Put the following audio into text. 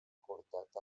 portat